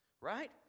right